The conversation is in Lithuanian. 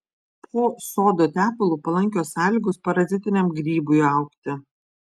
po sodo tepalu palankios sąlygos parazitiniam grybui augti